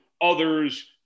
others